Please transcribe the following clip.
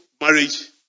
marriage